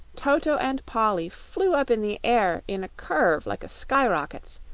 toto and polly flew up in the air in a curve like a skyrocket's,